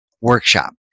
workshop